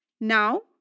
Now